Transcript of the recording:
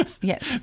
Yes